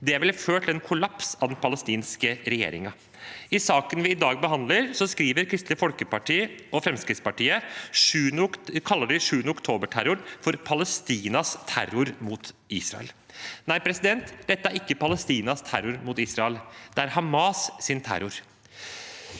Det ville ført til en kollaps av den palestinske regjeringen. I saken vi i dag behandler, kaller Kristelig Folkeparti og Fremskrittspartiet terroren 7. oktober for Palestinas terror mot Israel. Nei, dette er ikke Palestinas terror mot Israel, det er Hamas’ terror.